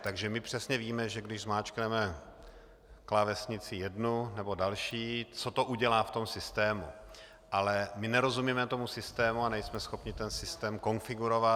Takže my přesně víme, že když zmáčkneme klávesnici jednu nebo další, co to udělá v tom systému, ale nerozumíme tomu systému a nejsme schopni ten systém konfigurovat.